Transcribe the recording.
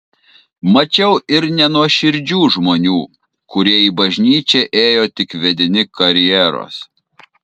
mačiau ir nenuoširdžių žmonių kurie į bažnyčią ėjo tik vedini karjeros